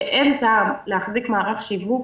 שאין טעם להחזיק מערך שיווק.